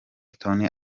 tonny